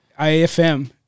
IFM